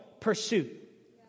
pursuit